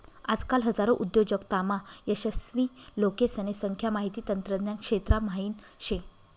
आजकाल हजारो उद्योजकतामा यशस्वी लोकेसने संख्या माहिती तंत्रज्ञान क्षेत्रा म्हाईन शे